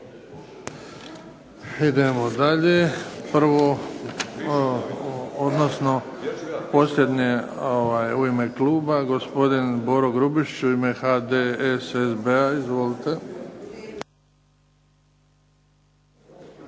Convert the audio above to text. Idemo dalje. Prvo, odnosno posljednji u ime kluba gospodin Boro Grubišić u ime HDSSB-a. Izvolite.